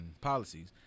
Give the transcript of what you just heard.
policies